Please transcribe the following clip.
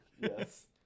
Yes